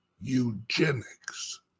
eugenics